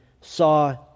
saw